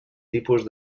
tipus